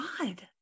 god